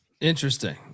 Interesting